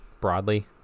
broadly